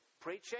preaching